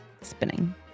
spinning